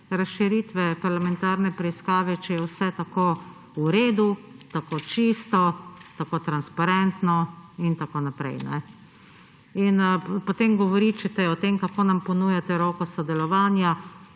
razširitve parlamentarne preiskave, če je vse tako v redu, tako čisto, tako transparentno in tako naprej. In potem govoričite o tem, kako nam ponujate roko sodelovanja,